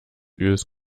öls